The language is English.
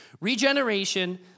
Regeneration